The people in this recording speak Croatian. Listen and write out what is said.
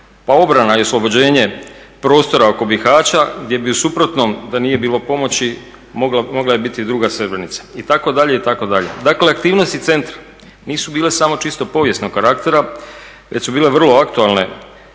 pa obrana i oslobođenje prostora oko Bihaća, gdje bi u suprotnom da nije bilo pomoći mogla je biti druga Srebrenica itd. itd. Dakle, aktivnosti centra nisu bile samo čisto povijesnog karaktera već su bile vrlo aktualne